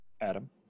Adam